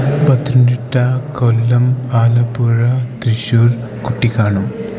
Pathanamthitta Kollam Alappuzha Thrissur Kuttikkanam